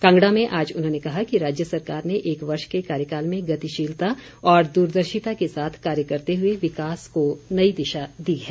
कांगड़ा में आज उन्होंने कहा कि राज्य सरकार ने एक वर्ष के कार्यकाल में गतिशीलता और दूरदर्शिता के साथ कार्य करते हुए विकास को नई दिशा दी है